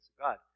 God